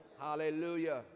hallelujah